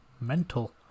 mental